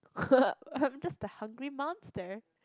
I'm just a hungry monster